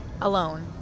alone